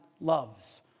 loves